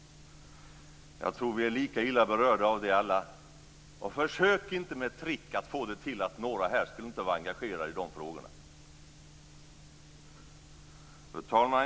Jag tror att vi alla är lika illa berörda av det. Försök inte att genom trick få det till att några här inte skulle vara engagerade i de frågorna! Fru talman!